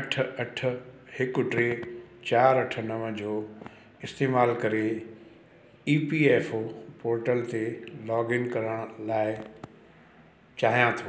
अठ अठ हिकु टे चार अठ नव जो इस्तेमालु करे E P F O portal ते लोग इन करण लाइ चाहियां थो